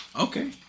Okay